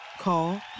Call